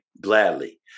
gladly